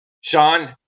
Sean